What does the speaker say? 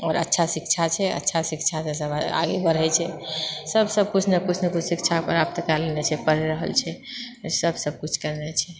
आओर अच्छा शिक्षा छेै अच्छा शिक्षा से सब आगे बढ़ैत छै सब सब किछु ने किछु शिक्षा प्राप्त कैल जाइत छै कऽ रहलछै ई सब सब किछु कऽ रहलछै